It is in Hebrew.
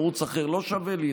ערוץ אחר לא שווה לי.